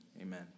Amen